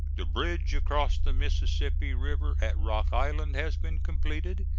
the bridge across the mississippi river at rock island has been completed,